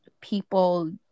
people